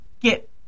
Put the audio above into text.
get